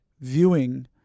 viewing